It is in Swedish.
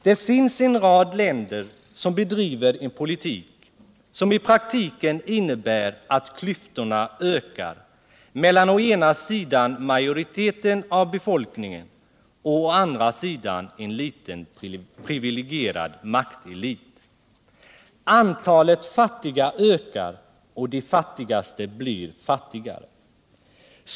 Det finns en rad länder som bedriver en politik som i praktiken innebär att klyftorna ökar mellan å ena sidan majoriteten av befolkningen och å andra sidan en liten privilegierad maktelit. Antalet fattiga ökar och de fattigaste blir fattigare.